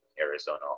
Arizona